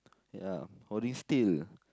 ya holding still